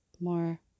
more